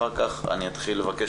אחר כך אני אתחיל לבקש